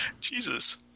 Jesus